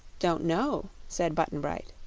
don't know, said button-bright.